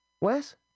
Wes